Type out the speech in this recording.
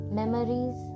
memories